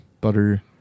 butter